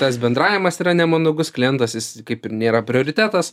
tas bendravimas yra nemandagus klientas jis kaip ir nėra prioritetas